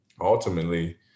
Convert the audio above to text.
ultimately